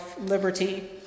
liberty